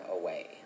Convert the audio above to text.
away